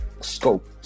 scope